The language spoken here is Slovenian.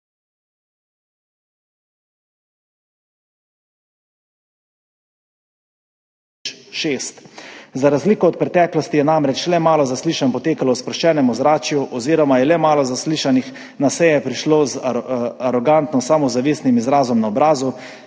TEŠ 6. Za razliko od preteklosti je namreč le malo zaslišanj potekalo v sproščenem ozračju oziroma je le malo zaslišanih na seje prišlo z arogantno samozavestnim izrazom na obrazu,